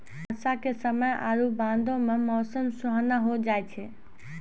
बरसा के समय आरु बादो मे मौसम सुहाना होय जाय छै